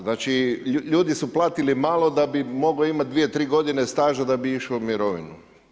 Znači, ljudi su platili malo, da bi mogli imati 2, 3 g. staža, da bi išao u mirovinu.